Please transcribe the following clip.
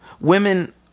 Women